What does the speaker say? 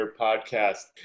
podcast